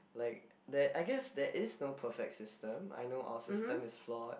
like there I guess there is no perfect system I know our system is flawed